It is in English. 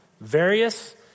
Various